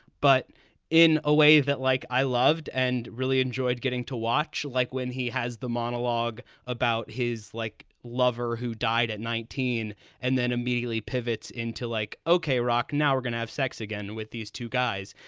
but in a way that like i loved and really enjoyed getting to watch, like when he has the monologue about his, like, lover who died at nineteen and then immediately pivots into like, okay, rock, now we're gonna have sex again with these two guys.